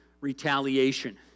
retaliation